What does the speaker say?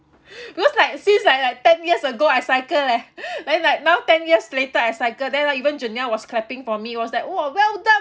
because like since like like ten years ago I cycled leh then like now ten years later I cycle then ah even janelle was clapping for me it was like !wah! well done